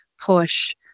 push